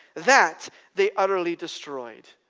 that they utterly destroyed.